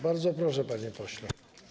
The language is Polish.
Bardzo proszę, panie pośle.